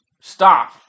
Stop